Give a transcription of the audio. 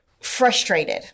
frustrated